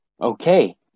Okay